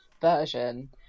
version